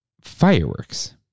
fireworks